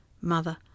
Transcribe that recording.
Mother